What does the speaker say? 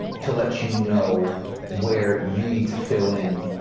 to let you know where you need to fill in,